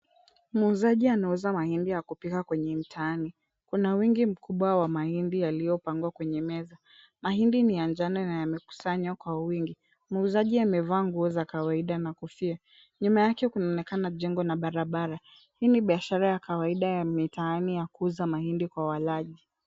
Muuzaji anauza mahindi ya kupika kwenye mtaani. Kuna wingi mkubwa wa mahindi yaliyopangwa kwenye meza. Mahindi ni ya njano na yamekusanywa kwa wingi. Muuzaji amevaa nguo za kawaida na kofia. Nyuma yake kunaonekana jengo na barabara. Hii ni biashara ya kawaida ya mitaani ya kuuza mahindi kwa walaji.